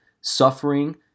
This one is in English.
suffering